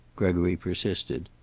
gregory persisted.